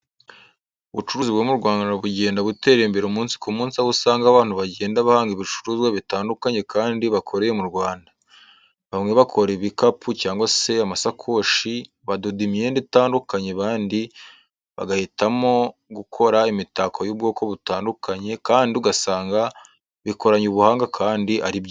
Ubucuruzi bwo mu Rwanda bugenda butera imbere umunsi ku munsi aho usanga abantu bagenda bahanga ibicuruzwa bitandukanye kandi bakoreye mu Rwanda. Bamwe bakora ibikapu cyangwa se amasakoshi, badoda imyenda itandikanye abandi bagahitamo gukora imitako y'ubwoko butandukanye kandi ugasanga bikoranye ubuhanga kandi ari byiza.